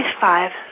five